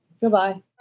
Goodbye